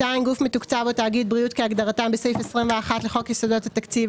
גוף מתוקצב או תאגיד בריאות כהגדרתם בסעיף 21 לחוק יסודות התקציב,